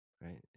right